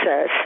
says